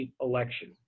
election